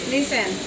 Listen